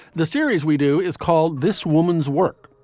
the series we do is called this woman's work.